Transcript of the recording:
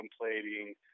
contemplating